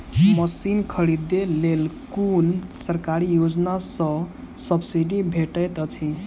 Machine खरीदे लेल कुन सरकारी योजना सऽ सब्सिडी भेटैत अछि?